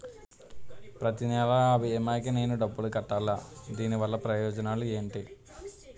ప్రతినెల అ భీమా కి నేను డబ్బు కట్టాలా? దీనివల్ల ప్రయోజనాలు ఎంటి?